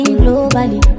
globally